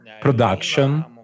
Production